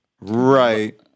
Right